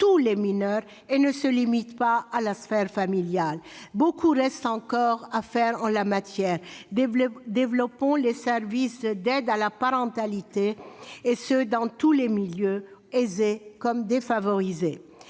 tous les mineurs et ne se limite pas à la sphère familiale. Beaucoup reste encore à faire en la matière. Développons les services d'aide à la parentalité, et ce dans tous les milieux, aisés comme défavorisés.